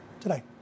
today